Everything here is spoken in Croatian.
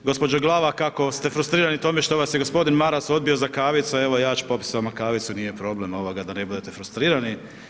Gospođo Glavak ako ste frustrirani tome što vas je gospodin Maras odbio za kavicu, evo ja ću popiti s vama kavicu, nije problem da ne budete frustrirani.